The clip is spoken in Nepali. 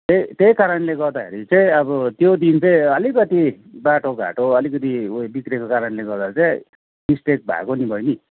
त्यही कारणले गर्दाखेरि चाहिँ अब त्यो दिन चाहिँ अलिकति बाटोघाटो अलिकति उयो बिग्रेको कारणले गर्दाखेरि चाहिँ मिस्टेक भएको नि बैनी